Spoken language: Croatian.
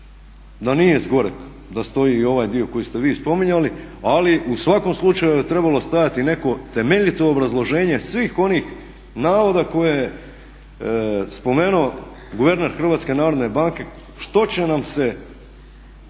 da nije s goreg da stoji i ovaj dio koji ste vi spominjali. Ali u svakom slučaju je trebalo stajati neko temeljito obrazloženje svih onih navoda koje je spomenuo guverner Hrvatske narodne banke što će nam se